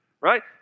right